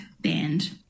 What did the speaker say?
band